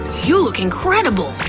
you look incredible!